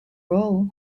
role